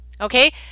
okay